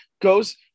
goes